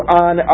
on